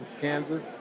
Kansas